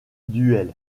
duels